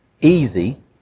easy